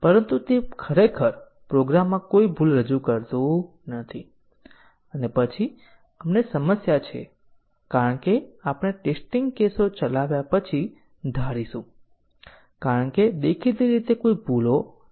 હવે ચાલો એક વધુ મહત્વની વ્હાઈટ બોક્સ ટેસ્ટિંગ ટેકનિક જોઈએ જેને ડેટા ફ્લો ટેસ્ટિંગ કહેવામાં આવે છે